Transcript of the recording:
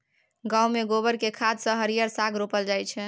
गांव मे गोबर केर खाद सँ हरिहर साग रोपल जाई छै